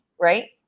right